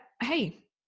Hey